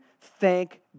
Thank